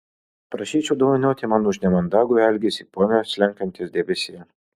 prašyčiau dovanoti man už nemandagų elgesį pone slenkantis debesie